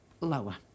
lower